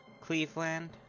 Cleveland